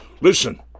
Listen